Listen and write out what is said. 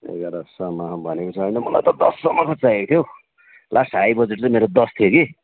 एघारसम्म भनेपछि होइन मलाई त दससम्मको चाहिएको थियाँ हौ लास्ट हाई बजेट चाहिँ मेरो दस थियो कि